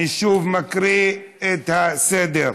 אני שוב מקריא את הסדר: